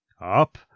Up